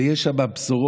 ויש שם בשורות